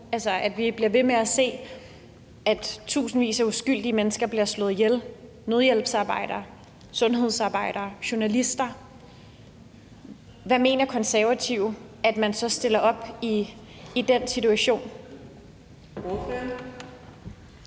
altså hvor vi bliver ved med at se, at tusindvis af uskyldige mennesker bliver slået ihjel i, nødhjælpsarbejdere, sundhedsarbejdere, journalister? Hvad mener Konservative at man så stiller op i den situation? Kl.